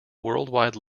worldwide